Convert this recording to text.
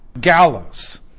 Gallows